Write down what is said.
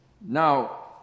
Now